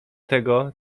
tego